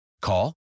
Call